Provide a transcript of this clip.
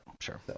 sure